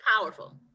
powerful